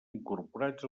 incorporats